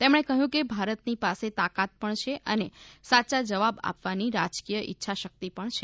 તેમણે કહ્યું કે ભારતની પાસે તાકાત પણ છે અને સાચુ જવાબ આપવાની રાજકીય ઇચ્છાશક્તિ પણ છે